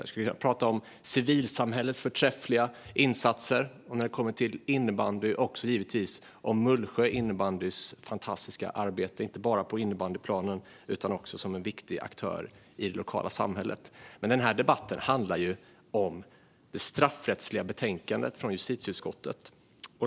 Jag skulle kunna prata om civilsamhällets förträffliga insatser, och när det kommer till innebandy också givetvis om Mullsjö innebandyklubbs fantastiska arbete inte bara på innebandyplanen utan också som en viktig aktör i det lokala samhället. Men den här debatten handlar om det straffrättsliga betänkandet från justitieutskottet.